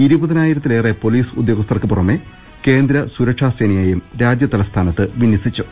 ഇരുപതിനായിരത്തിലേറെ police ഉദ്യോഗസ്ഥർക്ക് പുറമേ കേന്ദ്ര സുരക്ഷാ സേനയെയും രാജൃതലസ്ഥാനത്ത് വിനൃസിച്ചു